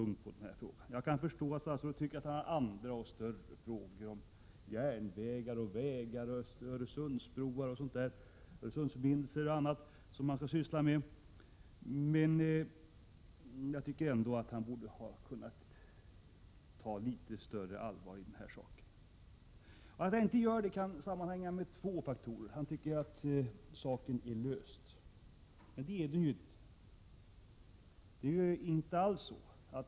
99 Jag kan förstå att statsrådet tycker att han har andra och större frågor om järnvägar, vägar och Öresundsförbindelser som han skall syssla med. Men jag tycker ändå att han borde ha kunnat ta denna fråga på litet större allvar. Att han inte gör det kan sammanhänga med två faktorer. Först och främst tycker han kanske att frågan är löst, men det är den inte.